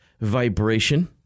vibration